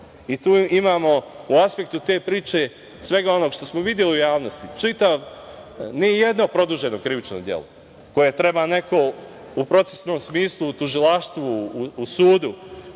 što se može.U aspektu te priče imamo svega onog što smo videlu u javnosti, ne jedno produženo krivično delo, koje treba neko u procesnom smislu, u tužilaštvu, u sudu,